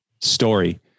story